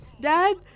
Dad